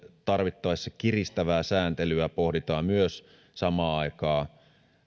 tarvittaessa kiristävää sääntelyä pohditaan samaan aikaan